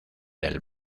del